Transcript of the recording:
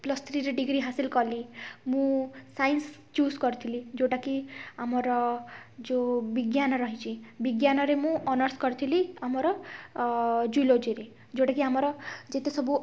plus ଥ୍ରୀରେ degree ହାସିଲ୍ କଲି ମୁଁ ସାଇନ୍ସ୍ ଚୁଜ୍ କର୍ଥିଲି ଯୋଉଟା କି ଆମର ଯୋଉ ବିଜ୍ଞାନ ରହିଛି ବିଜ୍ଞାନରେ ମୁଁ ଅନର୍ସ୍ କରିଥିଲି ଆମର ଜୁଲୋଜିରେ ଯୋଉଟା କି ଆମର ଯେତେ ସବୁ